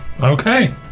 Okay